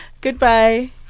goodbye